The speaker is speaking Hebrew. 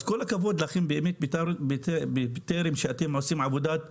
אז כל הכבוד לכם בטרם שאתם עושים עבודת קודש,